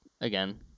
Again